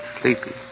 sleepy